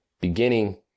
beginning